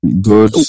good